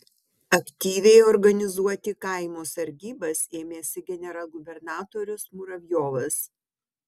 aktyviai organizuoti kaimo sargybas ėmėsi generalgubernatorius muravjovas